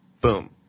boom